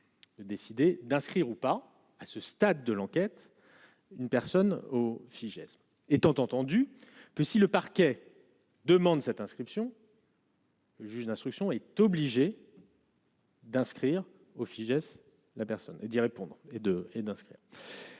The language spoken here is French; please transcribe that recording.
de décider d'inscrire ou pas, à ce stade de l'enquête, une personne au Fijais, étant entendu que si le parquet demande cette inscription. Juge d'instruction est obligé. D'inscrire au Fijais la personne et d'y répondre et de et d'inscrire.